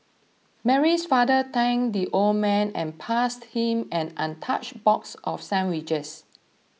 Mary's father thanked the old man and passed him an untouched box of sandwiches